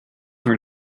are